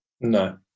No